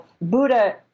Buddha